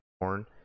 corn